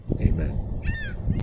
Amen